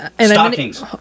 Stockings